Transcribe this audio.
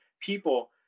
people